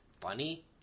funny